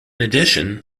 addition